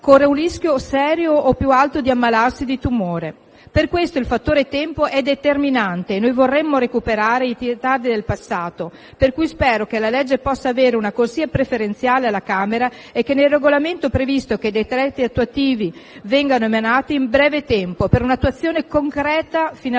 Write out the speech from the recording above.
corre un rischio serio o più alto di ammalarsi di tumore. Per questo il fattore tempo è determinante. Vorremmo recuperare i ritardi del passato, per cui spero che la legge possa avere una corsia preferenziale alla Camera dei deputati e che il regolamento previsto e i decreti attuativi vengano emanati in breve tempo, per un'attuazione concreta, finalmente,